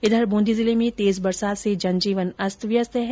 इधर बूंदी जिले में तेज बरसात से जनजीवन अस्तव्यस्त है